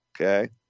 Okay